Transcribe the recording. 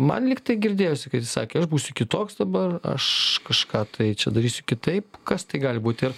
man lygtai girdėjosi kad jis sakė aš būsiu kitoks dabar aš kažką tai čia darysiu kitaip kas tai gali būti